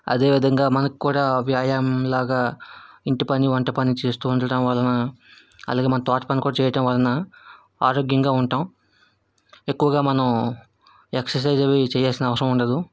అదేవిధంగా మనకు కూడా వ్యాయామం లాగా ఇంటి పని వంట పని చేస్తు ఉండడం వలన అలాగే మన తోట పని కూడా చేయటం వలన ఆరోగ్యంగా ఉంటాం ఎక్కువగా మనం ఎక్సర్సైజ్ అవి చేయాల్సిన అవసరం ఉండదు